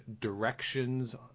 directions